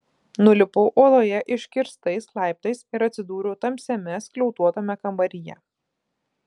nulipau uoloje iškirstais laiptais ir atsidūriau tamsiame skliautuotame kambaryje